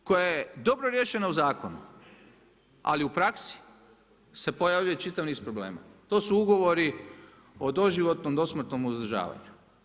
Treća stvar koja je dobro riješena u zakonu ali u praksi se pojavljuje čitav niz problema, to su ugovori o doživotnom dosmrtnom uzdržavanju.